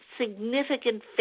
significant